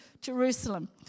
Jerusalem